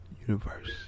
universe